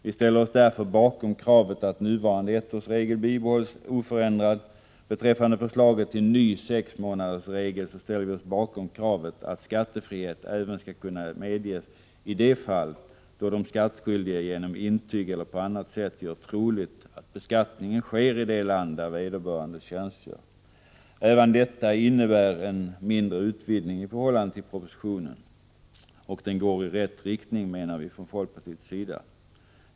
Vi ställer oss därför bakom kravet att nuvarande ettårsregel bibehålls oförändrad. Beträffande förslaget till ny sexmånaders regel ställer vi oss bakom kravet att skattefrihet även skall kunna medges i de fall då de skatteskyldiga genom intyg eller på annat sätt gör troligt att beskattning sker i det land vederbörande tjänstgör. Även detta innebär en mindre utvidgning i förhållande till propositionen. Det går i rätt riktning menar vi från folkpartiets sida.